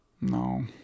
No